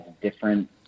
different